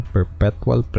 Perpetual